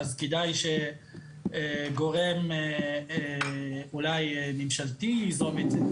אז כדאי שאולי גורם ממשלתי יזום את זה,